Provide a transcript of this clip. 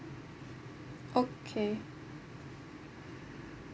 okay